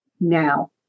now